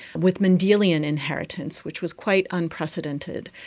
with mendelian inheritance, which was quite unprecedented.